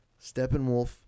Steppenwolf